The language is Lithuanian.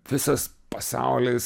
visas pasaulis